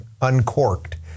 uncorked